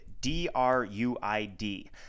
D-R-U-I-D